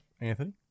Anthony